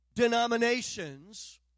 denominations